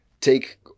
take